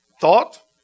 Thought